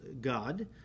God